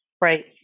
Right